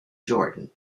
jordan